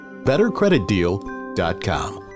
BetterCreditDeal.com